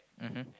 mmhmm